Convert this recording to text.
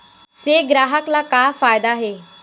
से ग्राहक ला का फ़ायदा हे?